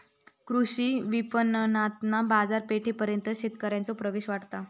कृषी विपणणातना बाजारपेठेपर्यंत शेतकऱ्यांचो प्रवेश वाढता